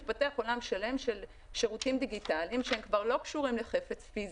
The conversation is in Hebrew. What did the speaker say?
מתפתח עולם שלם של שירותים דיגיטליים שכבר לא קשורים לחפץ פיזי.